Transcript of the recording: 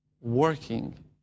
working